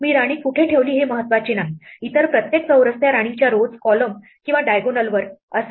मी राणी कोठे ठेवली हे महत्त्वाचे नाही इतर प्रत्येक चौरस त्या राणीच्या rows column किंवा diagonal वर असेल